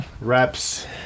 reps